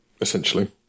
Essentially